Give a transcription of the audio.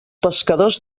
pescadors